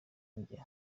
zanjye